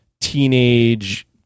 teenage